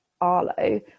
arlo